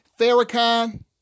Farrakhan